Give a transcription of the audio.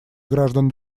граждан